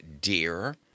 dear